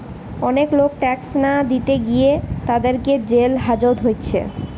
অনেক লোক ট্যাক্স না দিতে গিয়ে তাদের জেল হাজত হচ্ছে